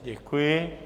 Děkuji.